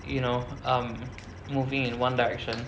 you know um moving in one direction